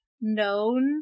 known